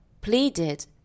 pleaded